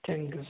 thank you